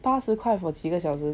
八十块 for 几个小时